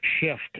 shift